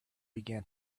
began